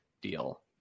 deal